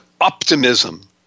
optimism